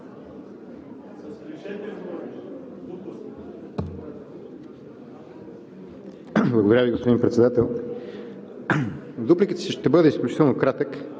Благодаря Ви, господин Председател. В дупликата си ще бъда изключително кратък.